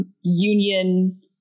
union